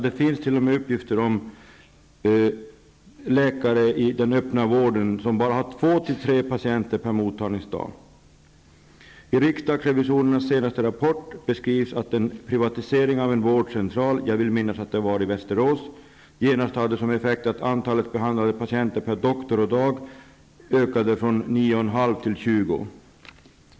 Det finns t.o.m. uppgifter om läkare i den öppna vården som bara har 2--3 patienter per mottagningsdag. I riksdagsrevisorernas senaste rapport beskrivs att en privatisering av en vårdcentral, jag vill minnas att det var i Västerås, genast hade som effekt att antalet behandlade patienter per doktor och dag ökade från 9,5 till 20.